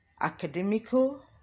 academical